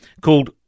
called